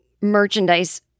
merchandise